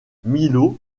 milo